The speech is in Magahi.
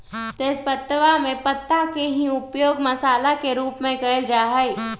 तेजपत्तवा में पत्ता के ही उपयोग मसाला के रूप में कइल जा हई